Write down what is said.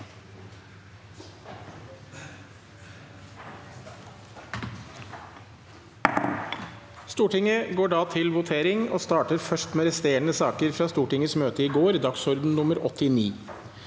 Stortinget går da til vote- ring og starter med resterende saker fra Stortingets møte i går, dagsorden nr. 89.